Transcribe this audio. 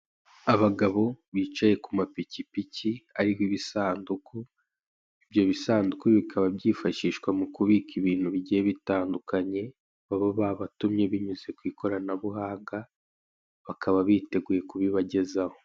Abagabo bicaye ku mapikipiki ariho ibisanduku ibyo bisanduku bikaba byifashishwa mu kubika ibintu bigiye bitandukanye baba babatumye binyuze ku ikoranabuhanga bakaba biteguye kubibagezaho.